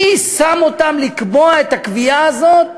מי שם אותם לקבוע את הקביעה הזאת?